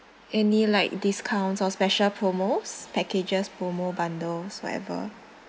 any like discounts or special promos packages promo bundles whatever